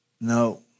no